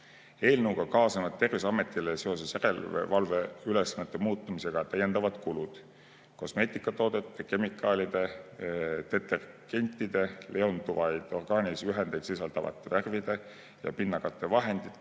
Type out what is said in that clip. Eelnõuga kaasnevad Terviseametile seoses järelevalveülesannete muutumisega täiendavad kulud. Kosmeetikatoodete, kemikaalide, detergentide, lenduvaid orgaanilisi ühendeid sisaldavate värvide ja pinnakattevahendite,